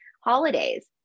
holidays